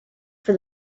for